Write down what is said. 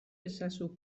ezazu